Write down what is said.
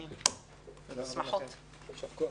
הישיבה נעולה.